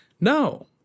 No